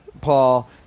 Paul